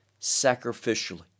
sacrificially